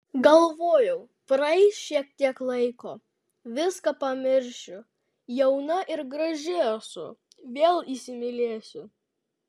galvojau praeis šiek tiek laiko viską pamiršiu jauna ir graži esu vėl įsimylėsiu